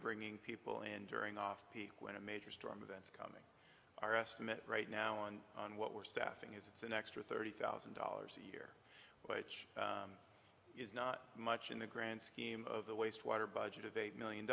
bringing people in during off peak when a major storm of our estimate right now on what we're staffing is it's an extra thirty thousand dollars a year which is not much in the grand scheme of the waste water budget of eight million